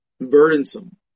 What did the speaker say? burdensome